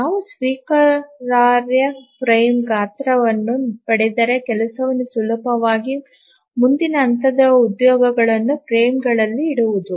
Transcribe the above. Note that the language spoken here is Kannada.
ನಾವು ಸ್ವೀಕಾರಾರ್ಹ ಫ್ರೇಮ್ ಗಾತ್ರವನ್ನು ಪಡೆದರೆ ಕೆಲಸವು ಸುಲಭವಾಗಿದೆ ಮುಂದಿನ ಹಂತವು ಉದ್ಯೋಗಗಳನ್ನು ಫ್ರೇಮ್ಗಳಲ್ಲಿ ಇಡುವುದು